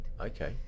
Okay